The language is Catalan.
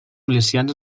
milicians